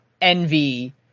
envy